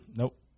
Nope